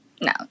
no